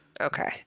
Okay